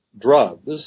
drugs